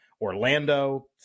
Orlando